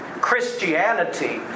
Christianity